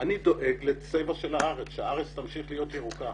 אני דואג לצבע של הארץ, שהארץ תמשיך להיות ירוקה.